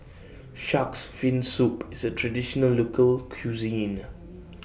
Shark's Fin Soup IS A Traditional Local Cuisine